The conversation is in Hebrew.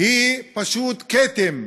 היא פשוט כתם.